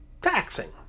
taxing